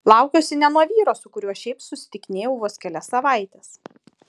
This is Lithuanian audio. laukiuosi ne nuo vyro su kuriuo šiaip susitikinėjau vos kelias savaites